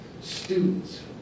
students